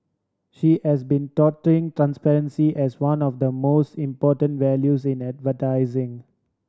she has been touting transparency as one of the most important values in advertising